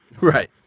right